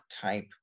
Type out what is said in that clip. type